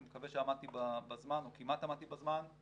אני מקווה שעמדתי בזמן, או כמעט עמדתי בזמן.